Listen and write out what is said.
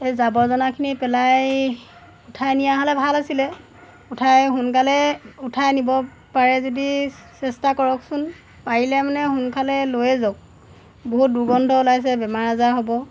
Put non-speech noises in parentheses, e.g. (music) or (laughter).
এই জাৱৰ (unintelligible) পেলাই উঠাই নিয়া হ'লে ভাল আছিল উঠাই সোনকালে উঠাই নিব পাৰে যদি চেষ্টা কৰকচোন পাৰিলে মানে সোনকালে লৈয়ে যাওক বহুত দুৰ্গন্ধ ওলাইছে বেমাৰ আজাৰ হ'ব